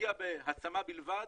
נשקיע בהשמה בלבד